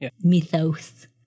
mythos